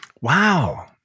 wow